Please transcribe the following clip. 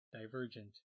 Divergent